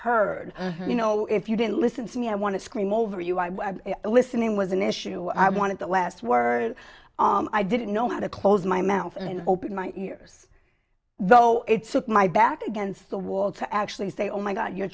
heard you know if you didn't listen to me i want to scream over you i was listening was an issue i wanted the last word i didn't know how to close my mouth and open my ears though it's my back against the wall to actually say oh my god you're